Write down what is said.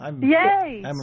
Yay